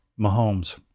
Mahomes